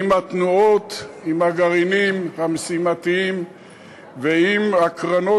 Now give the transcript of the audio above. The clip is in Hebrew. עם התנועות, עם הגרעינים המשימתיים ועם הקרנות,